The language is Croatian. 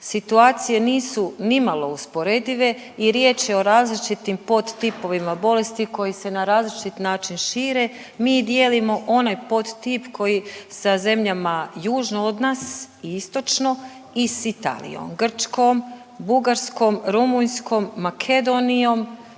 Situacije nisu ni malo usporedive i riječ je o različitim podtipovima bolesti koji se na različit način šire. Mi dijelimo onaj podtip koji sa zemljama južno od nas i istočno i sa Italijom, Grčkom, Bugarskom, Rumunjskom, Makedonijom,